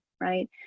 right